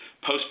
post